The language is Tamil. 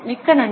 மிக்க நன்றி